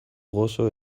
gozo